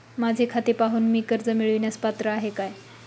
माझे खाते पाहून मी कर्ज मिळवण्यास पात्र आहे काय?